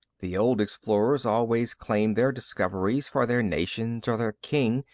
the old explorers always claimed their discoveries for their nations or their king,